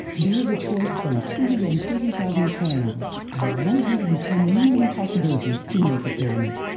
there is a choice from two hundred and thirty thousand triangles and one hundred and ten million possibilities to make a pyramid!